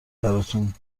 براتون